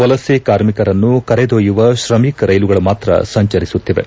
ವಲಸೆ ಕಾರ್ಮಿಕರನ್ನು ಕರೆದೊಯ್ಯುವ ಶ್ರಮಿಕ್ ರೈಲುಗಳು ಮಾತ್ರ ಸಂಚರಿಸುತ್ತಿವೆ